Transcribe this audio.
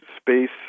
space